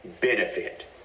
benefit